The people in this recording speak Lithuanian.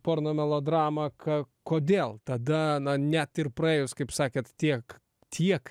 porno melodramą ka kodėl tada net ir praėjus kaip sakėt tiek tiek